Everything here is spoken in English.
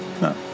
No